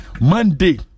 Monday